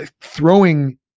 throwing